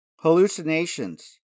Hallucinations